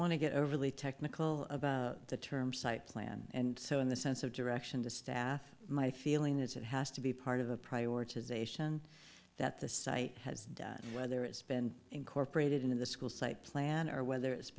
want to get overly technical about the term site plan and so in the sense of direction to staff my feeling is it has to be part of the prioritization that the site has done whether it's been incorporated into the school site plan or whether it's